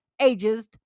ages